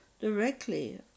directly